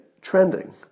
trending